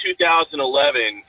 2011